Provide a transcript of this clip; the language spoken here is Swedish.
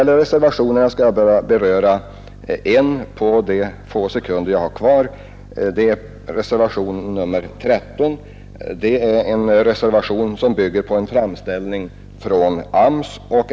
Av reservationerna skall jag på de få sekunder jag har kvar bara beröra en enda, nämligen reservationen 13, som bygger på en framställning från AMS.